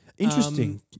Interesting